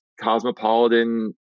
cosmopolitan